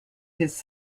his